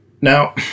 Now